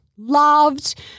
loved